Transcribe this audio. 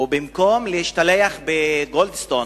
ובמקום להשתלח בגולדסטון,